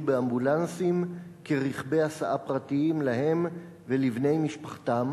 באמבולנסים כרכבי הסעה פרטיים להם ולבני משפחתם